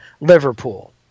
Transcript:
liverpool